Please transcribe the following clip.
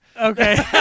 okay